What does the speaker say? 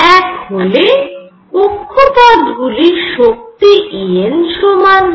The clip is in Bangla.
এক হলে কক্ষপথ গুলির শক্তি En সমান হয়